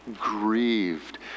grieved